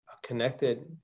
connected